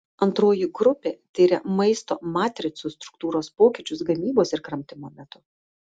antroji grupė tiria maisto matricų struktūros pokyčius gamybos ir kramtymo metu